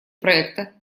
проекта